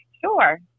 Sure